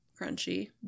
crunchy